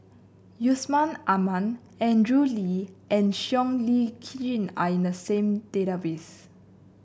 Yusman Aman Andrew Lee and Siow Lee Chin are in the same database